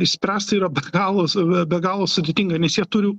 išspręsti yra be galo save be galo sudėtinga nes jie turi